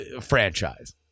franchise